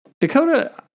Dakota